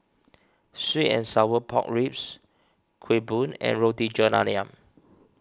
Sweet and Sour Pork Ribs Kueh Bom and Roti John Ayam